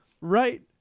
Right